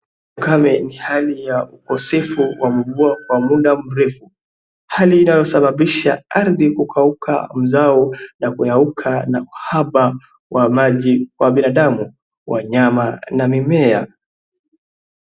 Ukame ni hali ya ukosefu wa mvua kwa muda mrefu hali inayosababisha ardhi kukauka mzao na kuyayuka na uhaba wa maji wa binadamu, wanyama na mimea.